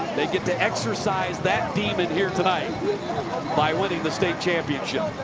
they get to exorcise that demon here tonight by winning the state championship.